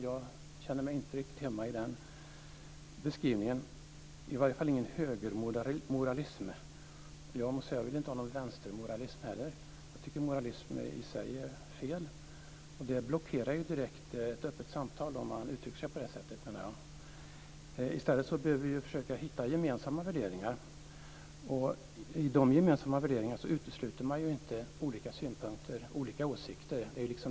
Jag känner mig inte riktigt hemma i den beskrivningen, i varje fall inte i fråga om högermoralism. Jag vill inte ha någon vänstermoralism heller. Jag tycker att moralism i sig är fel. Det blockerar direkt ett öppet samtal om man uttrycker sig på det sättet. I stället behöver vi försöka hitta gemensamma värderingar. I dem utesluter man inte olika synpunkter och olika åsikter.